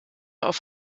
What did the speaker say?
auf